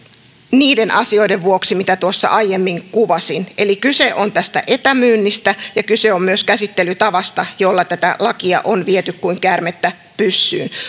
niiden asioiden vuoksi mitä tuossa aiemmin kuvasin kyse on tästä etämyynnistä ja kyse on myös käsittelytavasta jolla tätä lakia on viety kuin käärmettä pyssyyn